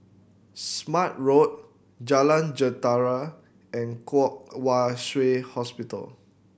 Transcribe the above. Smart Road Jalan Jentera and Kwong Wai Shiu Hospital